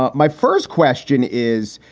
ah my first question is,